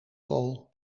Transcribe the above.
kool